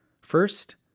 First